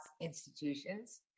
institutions